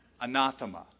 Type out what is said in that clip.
anathema